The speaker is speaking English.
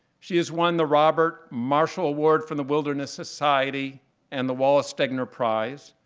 she has won the robert marshall award from the wilderness society and the wallace stegner prize.